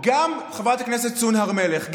חברת הכנסת סון הר מלך,